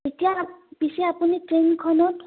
এতিয়া পিছে আপুনি ট্ৰেইনখনত